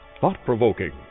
thought-provoking